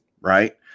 Right